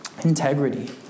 integrity